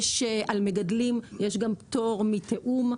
על מגדלים יש גם פטור מתיאום,